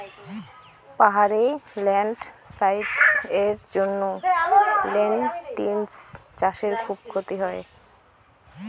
পাহাড়ে ল্যান্ডস্লাইডস্ এর জন্য লেনটিল্স চাষে খুব ক্ষতি হয়